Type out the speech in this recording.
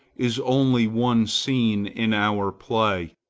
is only one scene in our play.